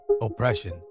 oppression